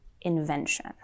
invention